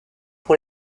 pour